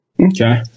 Okay